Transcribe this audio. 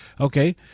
Okay